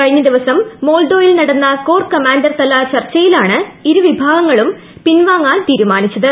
കഴിഞ്ഞദിവസം മോൾഡോയിൽ നടന്നു കോർ കമാൻഡർ തല ചർച്ചയിലാണ് ഇരുവിഭാഗവും പിൻവാളങ്ങൾ തീരുമാനിച്ചത്